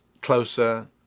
closer